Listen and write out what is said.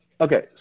Okay